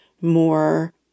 more